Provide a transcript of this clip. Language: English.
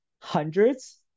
hundreds